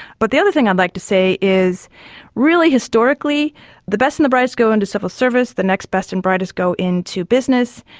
but the other thing i'd like to say is really historically the best and the brightest go into civil service, the next best and brightest go into business,